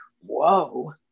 whoa